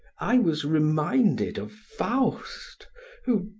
i was reminded of faust who,